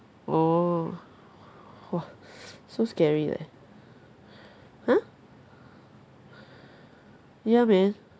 orh !wah! so scary leh !huh! ya man